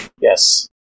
Yes